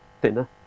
thinner